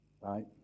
right